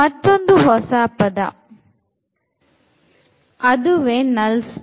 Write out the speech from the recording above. ಮತ್ತೊಂದು ಹೊಸ ಪದ ಅದುವೇ null space